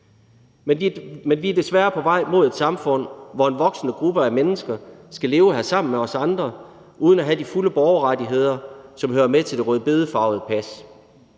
Men vi er desværre på vej mod et samfund, hvor en voksende gruppe af mennesker skal leve her sammen med os andre uden af have de fulde borgerrettigheder, som hører med til det rødbedefarvede pas.